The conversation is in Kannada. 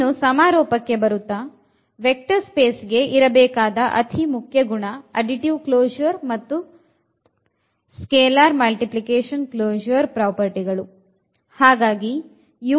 ಇನ್ನು ಸಮಾರೋಪಕ್ಕೆ ಬರುತ್ತಾ ವೆಕ್ಟರ್ ಸ್ಪೇಸ್ ಗೆ ಇರಬೇಕಾದ ಅತಿ ಮುಖ್ಯ ಗುಣ ಅಡಿಟಿವ್ ಕ್ಲೊಶೂರ್ ಮತ್ತು ಸ್ಕೆಲಾರ್ ಮಲ್ಟಿಪ್ಲೆಕೇಶನ್ ನ ಕ್ಲೊಶೂರ್ ಪ್ರಾಪರ್ಟಿ ಗಳು